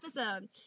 episode